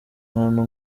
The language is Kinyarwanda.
ahantu